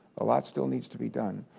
a lot still needs to be done.